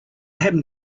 happen